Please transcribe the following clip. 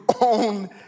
own